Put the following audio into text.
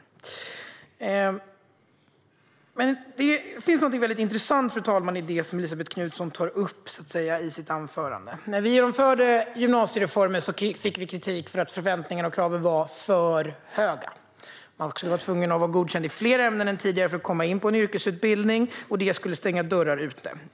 Fru talman! Det finns något intressant i det som Elisabet Knutsson tog upp i sitt anförande. När vi genomförde gymnasiereformen fick vi kritik för att förväntningarna och kraven var för höga. Man var tvungen att vara godkänd i fler ämnen än tidigare för att komma in på en yrkesutbildning, och detta skulle stänga dörren.